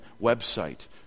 website